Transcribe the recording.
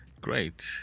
Great